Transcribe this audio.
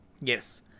Yes